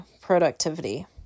productivity